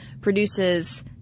produces